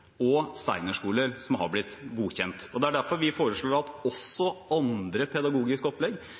og steinerskoler som har blitt godkjent. Det er derfor vi foreslår at man også med andre pedagogiske opplegg,